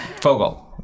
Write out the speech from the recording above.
Fogel